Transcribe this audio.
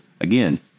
again